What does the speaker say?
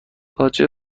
باجه